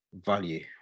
Value